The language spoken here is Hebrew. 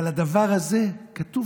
על הדבר הזה כתוב